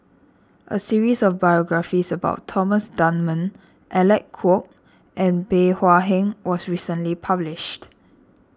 a series of biographies about Thomas Dunman Alec Kuok and Bey Hua Heng was recently published